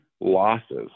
losses